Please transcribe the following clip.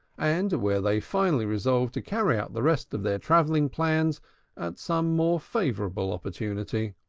and where they finally resolved to carry out the rest of their travelling-plans at some more favorable opportunity.